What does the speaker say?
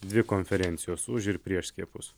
dvi konferencijos už ir prieš skiepus